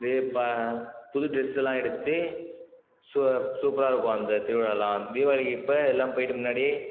இது ப புது ட்ரெஸ்ஸெல்லாம் எடுத்து சூ சூப்பராக இருக்கும் அந்த திருவிழாலாம் தீபாளிக்கி இப்போ எல்லாம் போயிட்டு முன்னாடியே